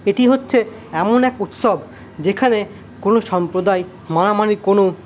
এটি হচ্ছে এমন এক উৎসব যেখানে কোনো সম্প্রদায় মানামানির কোনো